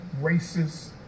racist